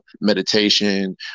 meditation